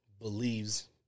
believes